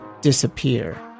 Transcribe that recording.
disappear